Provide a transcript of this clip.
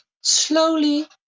slowly